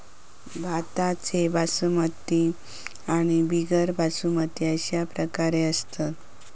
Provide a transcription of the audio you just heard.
भाताचे बासमती आणि बिगर बासमती अशे प्रकार असत